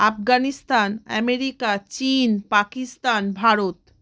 Afghanistan America চীন পাকিস্তান ভারত